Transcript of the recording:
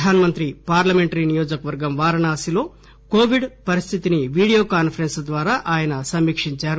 ప్రధానమంత్రి పార్లమెంటరీ నియోజకవర్గం వారణాసిలో కోవిడ్ పరిస్థితిని వీడియో కాన్పరెస్ప్ ద్వారా ఆయన సమీకించారు